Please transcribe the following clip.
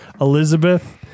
Elizabeth